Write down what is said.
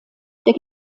der